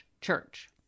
church